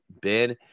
ben